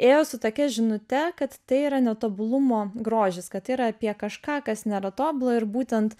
ėjo su tokia žinute kad tai yra netobulumo grožis kad tai yra apie kažką kas nėra tobula ir būtent